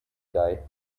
guy